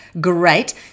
great